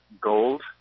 gold